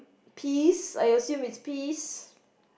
peas I assume it's peas